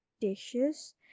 dishes